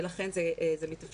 ולכן זה מתאפשר,